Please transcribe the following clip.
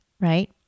right